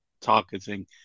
targeting